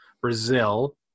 Brazil